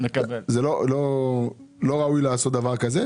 לא ראוי לעשות דבר כזה,